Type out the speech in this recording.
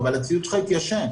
אבל הציוד שלך התיישן.